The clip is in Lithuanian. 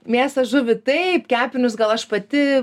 mėsą žuvį taip kepinius gal aš pati